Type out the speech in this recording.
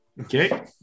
Okay